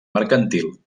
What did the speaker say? mercantil